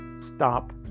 stop